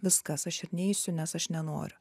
viskas aš ir neisiu nes aš nenoriu